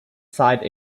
side